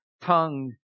tongue